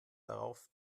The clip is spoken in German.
darauf